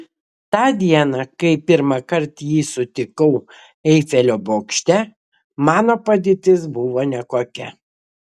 tą dieną kai pirmąkart jį sutikau eifelio bokšte mano padėtis buvo nekokia